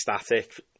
Static